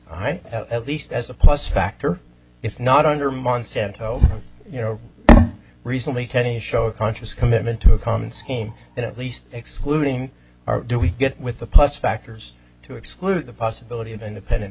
suggestive at least as a plus factor if not under monsanto you know recently kenny show a conscious commitment to a common scheme that at least excluding do we get with the plus factors to exclude the possibility of independent